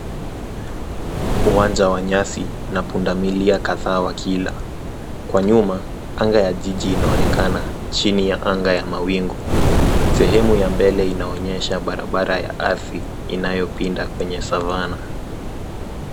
Uwanja wa nyasi na pundamilia kadhaa wakila. Kwa nyuma, anga ya jiji inaonekana chini ya anga ya mawingu. Sehemu ya mbele inaonyesha barabara ya ardhi inayopinda kwenye savannah.